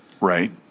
Right